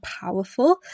powerful